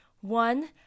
one